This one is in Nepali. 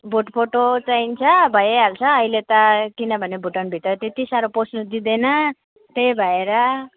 भोट फोटो चाहिन्छ भइहाल्छ अहिले त किनभने भुटानभित्र त्यति साह्रो पस्नु दिँदैन त्यही भएर